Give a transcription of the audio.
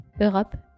Europe